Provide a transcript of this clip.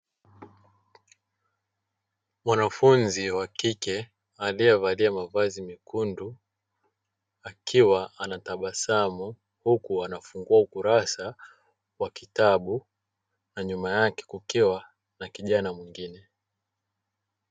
Mwanafunzi wa kike aliyeovalia mavazi mekundu akiwa anatabasamu, huku anafungua ukurasa wa kitabu na nyuma yake kukiwa na kijana mwingine.